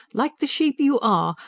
like the sheep you are,